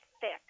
thick